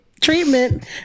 treatment